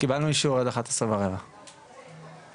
אז אני